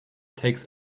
takes